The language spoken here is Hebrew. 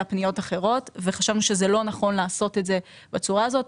פניות אחרות וחשבנו שזה לא נכון לעשות את זה בצורה הזאת.